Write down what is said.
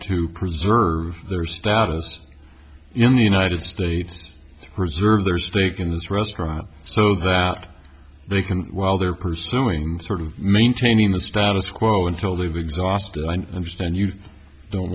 to preserve their status in the united states to preserve their stake in this restaurant so that they can while they're pursuing sort of maintaining the status quo until they've exhausted i understand you don't